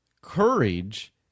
Courage